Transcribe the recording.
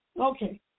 Okay